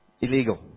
Illegal